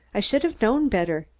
i should have known better.